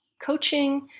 coaching